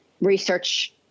research